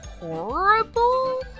horrible